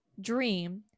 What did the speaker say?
dream